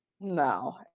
no